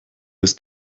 ist